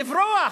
לברוח,